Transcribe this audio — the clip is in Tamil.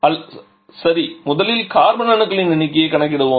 அல்லது சரி முதலில் கார்பன் அணுக்களின் எண்ணிக்கையை கணக்கிடுவோம்